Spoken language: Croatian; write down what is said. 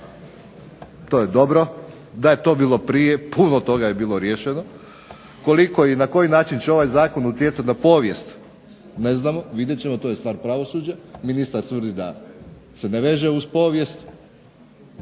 To je dobro, da je to bilo prije puno toga bi bilo riješeno. Koliko i na koji način će ovaj zakon utjecati na povijest ne znamo vidjet ćemo, to je stvar pravosuđa. Ministar tvrdi da se ne veže uz povijest,